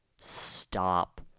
stop